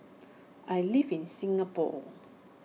I live in Singapore